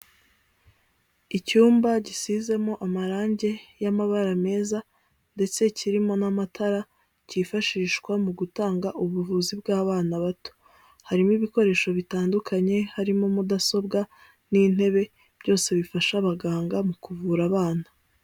Icyumba gisizemo amarangi y'amabara meza ndetse kirimo n'amatara, cyifashishwa mu gutanga ubuvuzi bw'abana bato. Harimo ibikoresho bitandukanye, harimo mudasobwa n'intebe, byose bifasha abaganga mu kuvura abana.